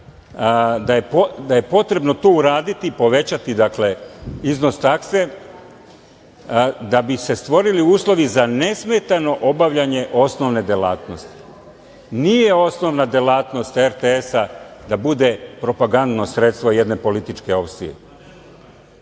da je potrebno to uraditi i povećati, dakle, iznos takse, da bi se stvorili uslovi za nesmetano obavljanje osnovne delatnosti. Nije osnovna delatnost RTS-a da bude propagando sredstvo jedne političke